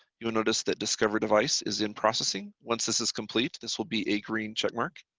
you will notice the discovery device is in processing. once this is complete, this will be a green checkmark.